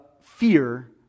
fear